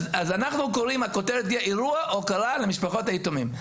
אז הכותרת תהיה אירוע הוקרה למשפחות היתומים.